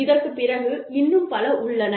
இதற்குப் பிறகு இன்னும் பல உள்ளன